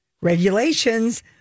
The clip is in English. regulations